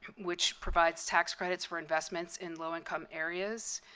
which provides tax credits for investments in low-income areas.